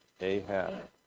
Ahab